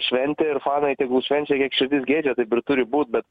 šventė ir fanai tegul švenčia kiek širdis geidžia taip ir turi būt bet